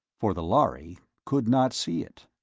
for the lhari could not see it.